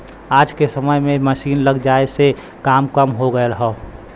आज के समय में मसीन लग जाये से काम कम हो गयल हौ